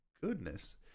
goodness